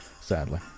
sadly